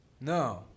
No